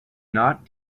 not